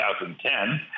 2010